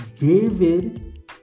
David